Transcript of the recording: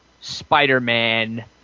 Spider-Man